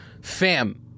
Fam